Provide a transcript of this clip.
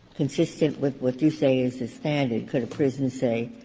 consistent with what you say is the standard, could a prison say,